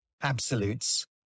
absolutes